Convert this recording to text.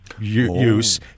use